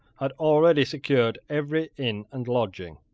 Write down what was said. had already secured every inn and lodging.